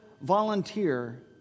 volunteer